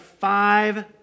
five